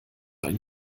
einen